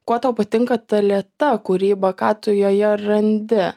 kuo tau patinka ta lėta kūryba ką tu joje randi